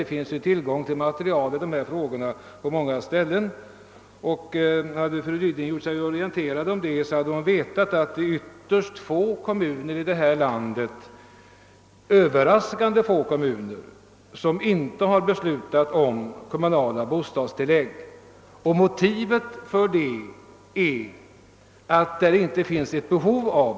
Det finns tillgång till material beträffande dessa frågor på många ställen, och om fru Ryding hade gjort sig orienterad hade hon vetat att det är överraskande få kommuner som inte har beslutat om kommunala bostadstilllägg. Motivet är då att det inte föreligger ett behov.